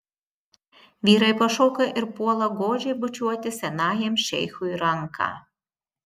vyrai pašoka ir puola godžiai bučiuoti senajam šeichui ranką